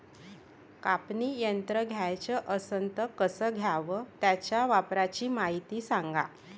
कापनी यंत्र घ्याचं असन त कस घ्याव? त्याच्या वापराची मायती सांगा